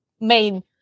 main